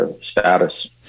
status